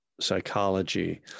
psychology